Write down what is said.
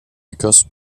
écosse